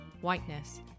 whiteness